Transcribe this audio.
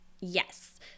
Yes